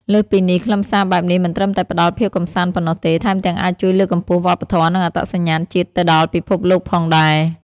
លើសពីនេះ ខ្លឹមសារបែបនេះមិនត្រឹមតែផ្តល់ភាពកម្សាន្តប៉ុណ្ណោះទេ ថែមទាំងអាចជួយលើកកម្ពស់វប្បធម៌ និងអត្តសញ្ញាណជាតិទៅដល់ពិភពលោកផងដែរ។